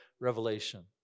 Revelation